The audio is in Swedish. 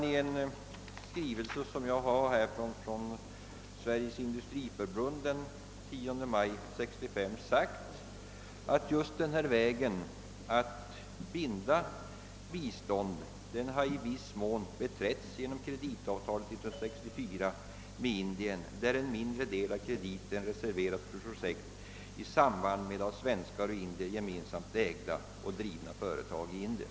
I en skrivelse från Sveriges industriförbund den 10 maj 1965 står att just denna väg att binda bistånd i viss mån har »beträtts genom kreditavtalet 1964 med Indien, där en mindre del av krediten reserverats för projekt i samband med av svenskar och indier gemensamt ägda och drivna företag i Indien».